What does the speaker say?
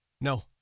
No